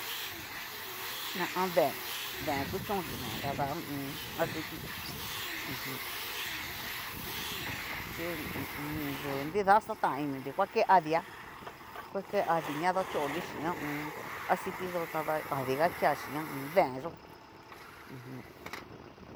Na 'a deen, deen kuchonngi tada hu u un. aciti, u jum. chí ho o on. xhi odu nrida xatán ini va ke adia, ngua ke adi ña dachonri xhín ho o on. acitiyó tada adiga kea chín ha a an. deen yo'o.